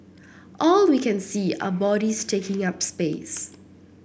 all we can see are bodies taking up space